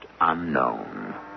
unknown